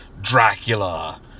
Dracula